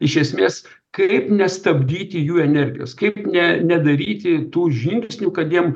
iš esmės kaip nestabdyti jų energijos kaip ne nedaryti tų žingsnių kad jiem